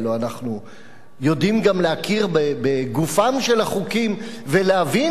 הלוא אנחנו יודעים גם להכיר בגופם של החוקים ולהבין